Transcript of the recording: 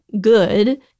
good